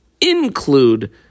include